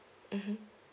mmhmm